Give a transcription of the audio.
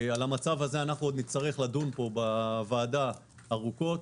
על המצב הזה נצטרך לדון בוועדה ארוכות.